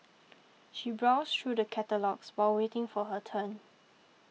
she browsed through the catalogues while waiting for her turn